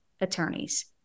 attorneys